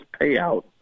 payout